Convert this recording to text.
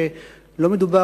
שלא מדובר,